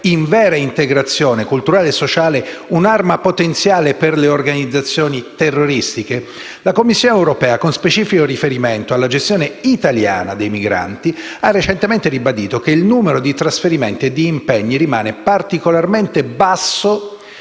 in vera integrazione culturale e sociale, un'arma potenziale per le organizzazioni terroristiche? La Commissione europea, con specifico riferimento alla gestione italiana dei migranti, ha recentemente ribadito che «il numero di trasferimenti e di impegni rimane particolarmente basso